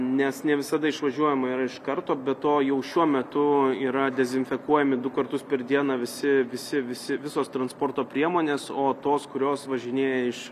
nes ne visada išvažiuojama yra iš karto be to jau šiuo metu yra dezinfekuojami du kartus per dieną visi visi visi visos transporto priemonės o tos kurios važinėja iš